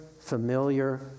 familiar